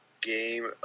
game